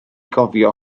gofio